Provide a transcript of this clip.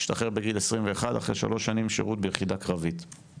השתחרר בגיל 21 אחרי שלוש שנים שירות ביחידה קרבית.